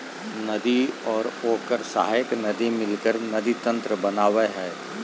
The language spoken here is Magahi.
नदी और ओकर सहायक नदी मिलकर नदी तंत्र बनावय हइ